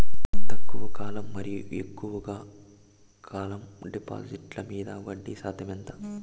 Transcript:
తక్కువ కాలం మరియు ఎక్కువగా కాలం డిపాజిట్లు మీద వడ్డీ శాతం ఎంత?